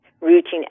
routine